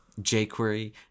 jQuery